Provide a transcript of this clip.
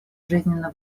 жизненно